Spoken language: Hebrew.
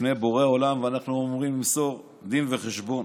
לפני בורא עולם ואנחנו אמורים למסור דין וחשבון.